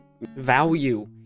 value